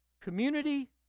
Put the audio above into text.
community